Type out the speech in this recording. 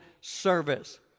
service